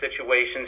situations